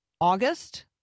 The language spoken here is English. August